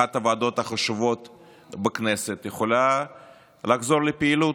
אחת הוועדות החשובות בכנסת, יכולה לחזור לפעילות.